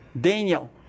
Daniel